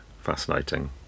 fascinating